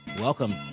Welcome